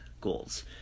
goals